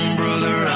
brother